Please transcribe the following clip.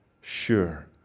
sure